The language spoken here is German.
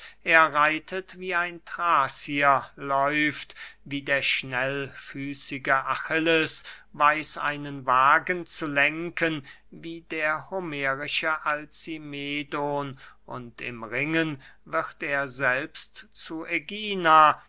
er reitet wie ein thrazier läuft wie der schnellfüßige achilles weiß einen wagen zu lenken wie der homerische alcimedon und im ringen wird er selbst zu ägina